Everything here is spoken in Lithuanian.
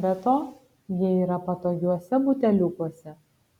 be to jie yra patogiuose buteliukuose